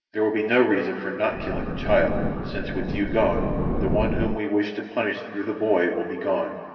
there will be no reason for not killing the child, since with you gone the one whom we wish to punish through the boy will be gone,